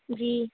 جی